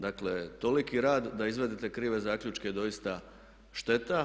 Dakle, toliki rad da izvodite krive zaključke je doista šteta.